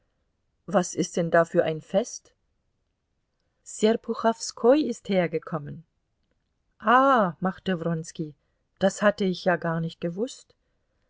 was ist da für ein fest serpuchowskoi ist hergekommen ah machte wronski das hatte ich ja gar nicht gewußt